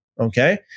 okay